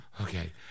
okay